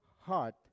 heart